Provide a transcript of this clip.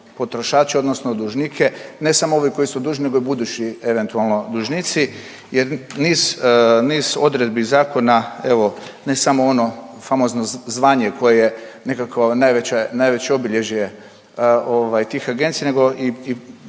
potrošače odnosno dužnike, ne samo ove koji su dužni, nego i budući eventualno dužnici jer niz odredbi zakona, evo, ne samo ono famozno zvanje koje je nekako najveće obilježje ovaj, tih agencija, nego i